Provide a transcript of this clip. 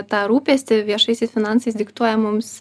tą rūpestį viešaisiais finansais diktuoja mums